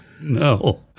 No